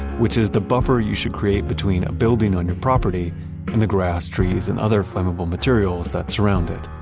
which is the buffer you should create between a building on your property and the grass, trees, and other flammable materials that surround it.